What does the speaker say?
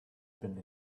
been